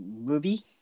movie